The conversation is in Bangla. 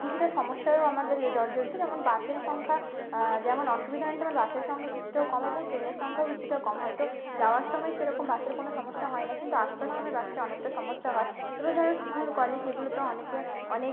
কিছুটা সমস্যায়ও আমাদের জর্জরিত যেমন বাসের সংখ্যা যেমন অসুবিধা হয় না তেমন বাসের সংখ্যা কিছুটাও কম এবং ট্রেনের সংখ্যাও কিছুটা কম হয়তো যাওয়ার সময় সেরকম বাসের কোনও সমস্যা হয় না কিন্তু আসবার সময় বাসের অনেকটা সমস্যা হয় এবং যারা স্কুল কলেজ এগুলো তো অনেকে অনেক